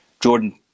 Jordan